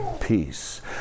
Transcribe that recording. peace